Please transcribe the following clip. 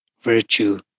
virtue